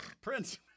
Prince